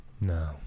No